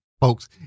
folks